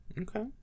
Okay